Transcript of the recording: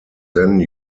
then